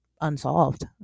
unsolved